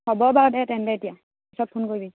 হ'ব বাৰু দে তেন্তে এতিয়া পিছত ফোন কৰিবি